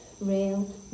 real